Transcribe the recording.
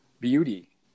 beauty